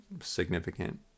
significant